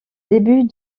début